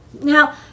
Now